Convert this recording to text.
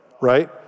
right